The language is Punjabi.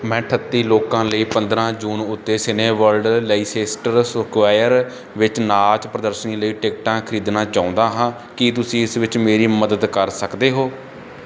ਮੈਂ ਅੱਠਤੀ ਲੋਕਾਂ ਲਈ ਪੰਦਰ੍ਹਾਂ ਜੂਨ ਉੱਤੇ ਸਿਨੇਵਰਲਡ ਲੇਇਸੇਸਟਰ ਸਕੁਆਇਰ ਵਿੱਚ ਨਾਚ ਪ੍ਰਦਰਸ਼ਨ ਲਈ ਟਿਕਟਾਂ ਖਰੀਦਣਾ ਚਾਹੁੰਦਾ ਹਾਂ ਕੀ ਤੁਸੀਂ ਇਸ ਵਿੱਚ ਮੇਰੀ ਮਦਦ ਕਰ ਸਕਦੇ ਹੋ